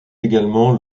également